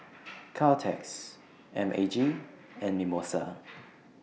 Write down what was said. Caltex M A G and Mimosa